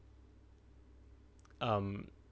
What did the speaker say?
um